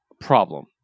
problem